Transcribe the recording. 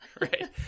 right